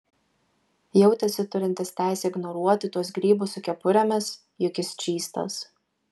jautėsi turintis teisę ignoruoti tuos grybus su kepurėmis juk jis čystas